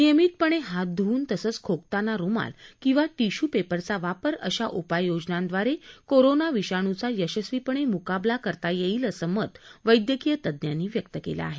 नियमितपणे हात धुवून तसच खोकताना रुमाल किंवा टिश्यू पेपरचा वापर अशा उपाययोजनांद्वारे कोरोना विषाणूचा यशस्वीपणे मुकाबला करता येईल असं मत वैद्यकीय तज्ञांनी व्यक्त केलं आहे